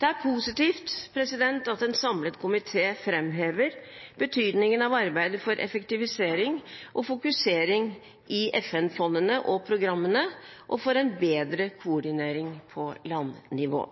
Det er positivt at en samlet komité framhever betydningen av arbeidet for effektivisering av og fokus på FN-fondene og -programmene og for en bedre koordinering på landnivå.